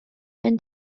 and